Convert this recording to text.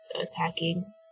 attacking